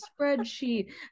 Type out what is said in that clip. spreadsheet